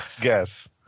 guess